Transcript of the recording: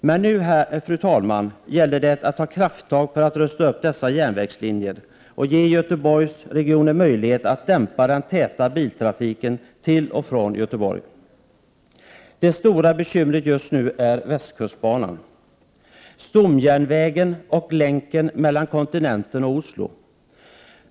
Men nu, fru talman, gäller det att ta krafttag, så att det blir möjligt att rusta upp dessa järnvägslinjer. Dessutom gäller det att ge Göteborgsregionen möjlighet att dämpa den täta biltrafiken till och från Göteborg. Det stora bekymret just nu är västkustbanan. Så något om stomjärnvägen och länken mellan kontinenten och Oslo.